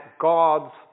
God's